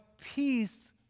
peace